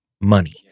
money